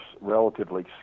relatively